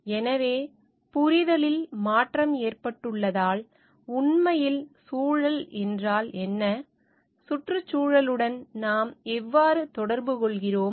எனவே புரிதலில் மாற்றம் ஏற்பட்டுள்ளதால் உண்மையில் சூழல் என்றால் என்ன சுற்றுச்சூழலுடன் நாம் எவ்வாறு தொடர்பு கொள்கிறோம்